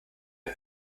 der